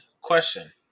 Question